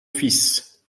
fils